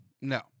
No